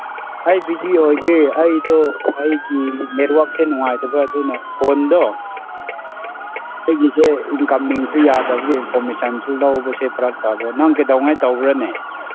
ꯑꯩ ꯕꯤꯖꯤ ꯑꯣꯏꯗꯦ ꯑꯩꯗꯣ ꯑꯩꯒꯤ ꯅꯦꯠꯋꯥꯛꯁꯦ ꯅꯨꯡꯉꯥꯏꯇꯕ ꯑꯗꯨꯅ ꯐꯣꯟꯗꯣ ꯑꯩꯒꯤꯁꯦ ꯏꯪꯀꯃꯤꯡꯁꯨ ꯌꯥꯗꯕꯒꯤ ꯏꯟꯐꯣꯔꯃꯦꯁꯟꯁꯨ ꯂꯧꯕꯁꯦ ꯐꯔꯛ ꯇꯥꯕ ꯅꯪ ꯀꯩꯗꯧꯉꯩ ꯇꯧꯕ꯭ꯔꯅꯦ